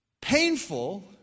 Painful